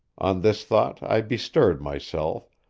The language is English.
on this thought i bestirred myself,